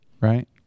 Right